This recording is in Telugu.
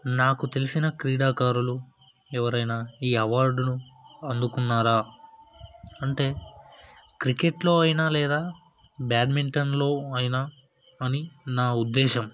నాకు తెలిసిన క్రీడాకారులు ఎవరైనా ఈ అవార్డును అందుకున్నారా అంటే క్రికెట్లో అయినా లేదా బ్యాడ్మింటన్లో అయినా అని నా ఉద్దేశ్యం